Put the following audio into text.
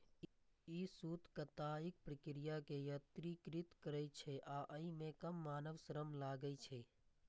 ई सूत कताइक प्रक्रिया कें यत्रीकृत करै छै आ अय मे कम मानव श्रम लागै छै